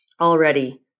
Already